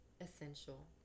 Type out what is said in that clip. essential